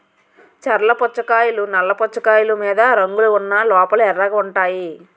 చర్ల పుచ్చకాయలు నల్ల పుచ్చకాయలు మీద రంగులు ఉన్న లోపల ఎర్రగుంటాయి